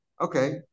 Okay